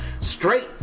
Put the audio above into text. straight